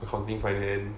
accounting finance